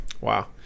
Wow